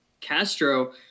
Castro